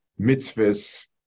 mitzvahs